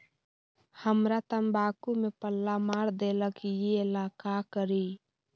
हमरा तंबाकू में पल्ला मार देलक ये ला का करी?